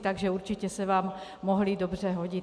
Takže určitě se vám mohly dobře hodit.